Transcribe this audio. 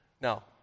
Now